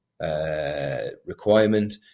requirement